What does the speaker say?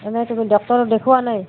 এনেই তুমি ডক্টৰক দেখুওৱা নাই